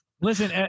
listen